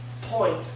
point